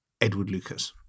edwardlucas